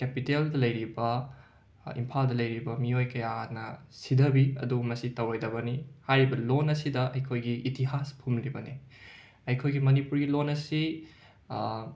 ꯀꯦꯄꯤꯇꯦꯜꯗ ꯂꯩꯔꯤꯕ ꯏꯝꯐꯥꯜꯗ ꯂꯩꯔꯤꯕ ꯃꯤꯑꯣꯏ ꯀꯌꯥꯅ ꯁꯤꯙꯕꯤ ꯑꯗꯨꯕꯨ ꯃꯁꯤ ꯇꯧꯔꯣꯏꯗꯕꯅꯤ ꯍꯥꯏꯔꯤꯕ ꯂꯣꯟ ꯑꯁꯤꯗ ꯑꯩꯈꯣꯏꯒꯤ ꯏꯇꯤꯍꯥꯁ ꯐꯨꯝꯂꯤꯕꯅꯦ ꯑꯩꯈꯣꯏꯒꯤ ꯃꯅꯤꯄꯨꯔꯤ ꯂꯣꯟ ꯑꯁꯤ